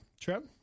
Trev